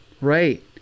right